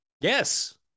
Yes